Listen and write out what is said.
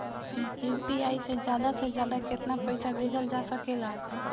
UPI से ज्यादा से ज्यादा केतना पईसा भेजल जा सकेला?